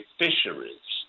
fisheries